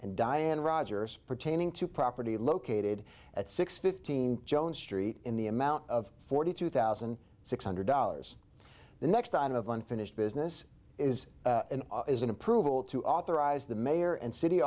and diane rogers pertaining to property located at six fifteen jones street in the amount of forty two thousand six hundred dollars the next item of unfinished business is an approval to authorize the mayor and city